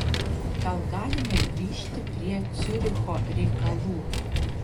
gal galime grįžti prie ciuricho reikalų